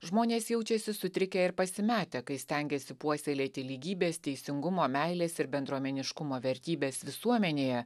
žmonės jaučiasi sutrikę ir pasimetę kai stengiasi puoselėti lygybės teisingumo meilės ir bendruomeniškumo vertybes visuomenėje